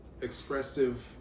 expressive